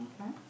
Okay